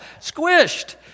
squished